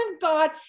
God